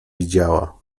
widziała